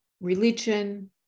religion